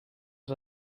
als